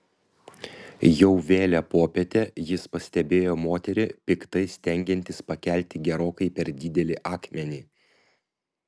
jau vėlią popietę jis pastebėjo moterį piktai stengiantis pakelti gerokai per didelį akmenį